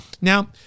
now